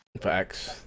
Facts